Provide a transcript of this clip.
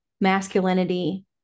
masculinity